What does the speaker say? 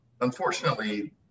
unfortunately